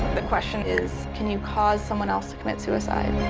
the question is, can you cause someone else to commit suicide?